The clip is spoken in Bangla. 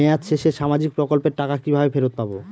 মেয়াদ শেষে সামাজিক প্রকল্পের টাকা কিভাবে ফেরত পাবো?